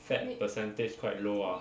fat percentage quite low ah